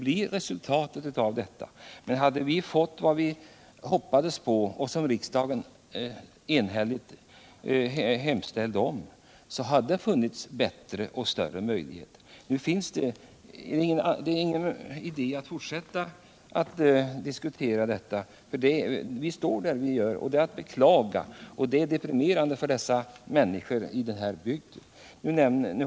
Om vi hade fått vad vi hoppades på och riksdagen enhälligt hemställde om, hade det funnits bättre möjligheter. Nu är det inte någon idé att fortsätta att diskutera den här frågan, för vi står där vi står. Det är att beklaga, och det är deprimerande för människorna i bygden.